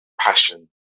passion